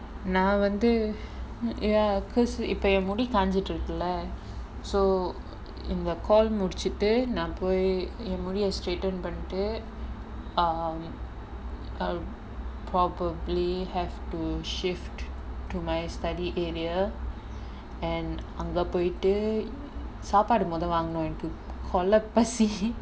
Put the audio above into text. நா வந்து:naa vanthu ya because இப்ப என் முடி காஞ்சுட்டிருக்கல்ல:ippa en mudi kaanjuttirukkalla so in the call முடிச்சுட்டு நா போய் என் முடிய:mudichuttu naa poi en mudiya straightain பண்ணிட்டு:pannittu um um probably have to shift to my study area and அங்க போய்ட்டு சாப்பாடு மொத வாங்கனும் எனக்கு கொள்ள பசி:anga poyittu saappaadu modha vaanganum enakku kolla pasi